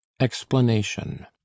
explanation